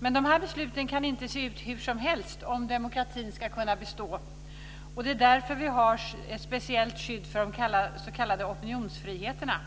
Men dessa beslut kan inte se ut hur som helst om demokratin ska kunna bestå. Det är därför vi har ett speciellt skydd för de s.k. opinionsfriheterna.